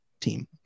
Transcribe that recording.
team